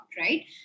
right